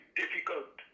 difficult